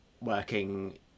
working